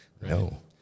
no